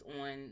on